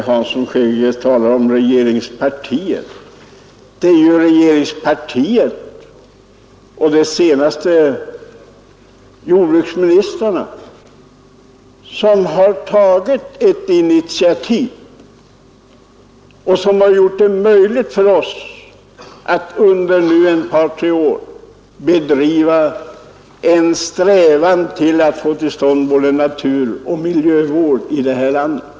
Herr talman! Det är ju regeringspartiet och de senaste jordbruksministrarna som har tagit initiativ och gjort det möjligt att vi under ett par tre år kunnat bedriva naturoch miljövård i det här landet.